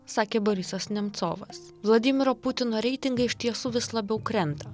sakė borisas nemcovas vladimiro putino reitingai iš tiesų vis labiau krenta